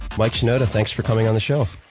mike shinoda, thanks for coming on the show.